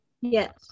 Yes